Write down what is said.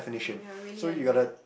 you are really a nerd